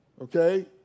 Okay